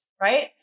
right